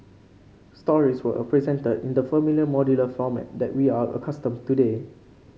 stories were presented in the familiar modular format that we are accustomed today